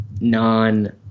non